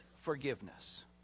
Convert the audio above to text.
forgiveness